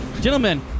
Gentlemen